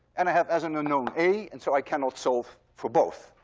and i have as an unknown a, and so i cannot solve for both.